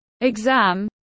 exam